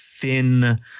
Thin